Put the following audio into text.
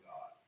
God